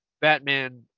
Batman